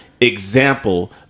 Example